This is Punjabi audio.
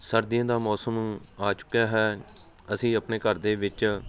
ਸਰਦੀਆਂ ਦਾ ਮੌਸਮ ਆ ਚੁੱਕਿਆ ਹੈ ਅਸੀਂ ਆਪਣੇ ਘਰ ਦੇ ਵਿੱਚ